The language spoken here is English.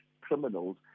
criminals